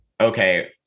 okay